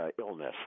illness